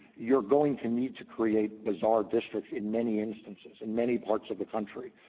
you're going to need to create bizarre districts in many instances, in many parts of the country.